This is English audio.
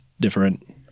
different